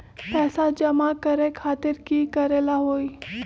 पैसा जमा करे खातीर की करेला होई?